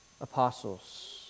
apostles